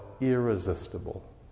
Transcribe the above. irresistible